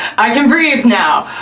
i can breathe now.